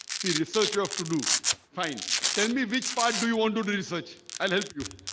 c researcher of to do fine. tell me which part do you want to do research? i'll help you.